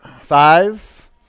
Five